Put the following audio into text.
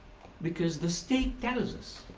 because the state tells us